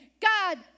God